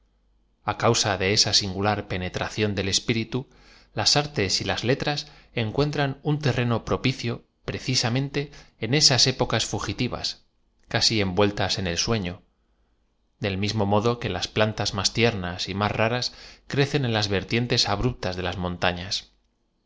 felicidad a causa de eaa singular penetración del espiritu las artes y las le tras encuentran un terreno propicio precisamente en esas épocas fugitivas casi envueltas en el sueo del mí mo modo que las plantas más tiernas y más raras crecen en las vertientes abruptas de las montañas